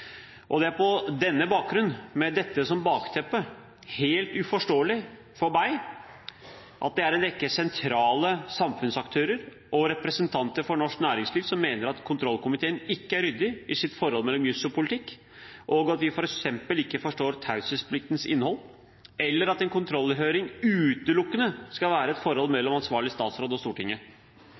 saken. Det er på denne bakgrunn, med dette som bakteppe, helt uforståelig for meg at det er en rekke sentrale samfunnsaktører og representanter for norsk næringsliv som mener at kontrollkomiteen ikke er ryddig i sitt forhold mellom jus og politikk, og at vi f.eks. ikke forstår taushetspliktens innhold, eller at en kontrollhøring utelukkende skal være et forhold mellom ansvarlig statsråd og Stortinget